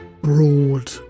broad